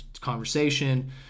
conversation